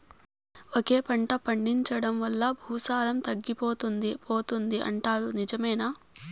ఒకే పంట పండించడం వల్ల భూసారం తగ్గిపోతుంది పోతుంది అంటారు నిజమేనా